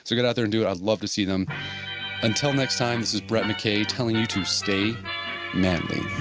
so get out there and do it. i'd love to see them until next time this is brett mckay telling you to stay manly